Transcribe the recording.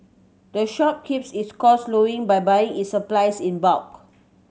the shop keeps its costs low by buying its supplies in bulk